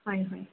হয় হয়